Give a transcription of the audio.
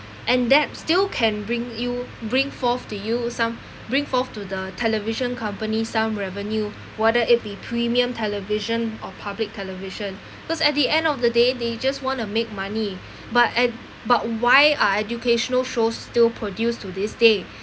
and that still can bring you bring forth to you some bring forth to the television company some revenue whether it be premium television or public television because at the end of the day they just want to make money but at but why are educational shows still produce to this day